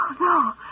No